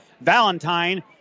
Valentine